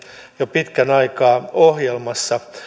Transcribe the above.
jo pitkän aikaa ohjelmassa